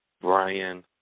Brian